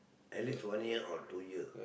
at least one year or two year